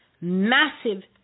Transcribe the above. massive